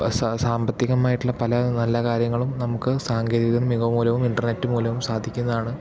സാ സാമ്പത്തികമായിട്ടുള്ള പല നല്ല കാര്യങ്ങളും നമുക്ക് സാങ്കേതിക മികവു മൂലവും ഇൻറ്റർനെറ്റ് മൂലവും സാധിക്കുന്നതാണ്